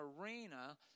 arena